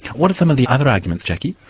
what are some of the other arguments, jacqui?